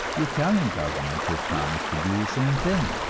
the italian government has promised to do the same thing.